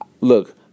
Look